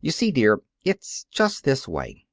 you see, dear, it's just this way